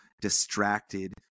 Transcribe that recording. distracted